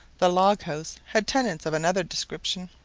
the log-house had tenants of another description.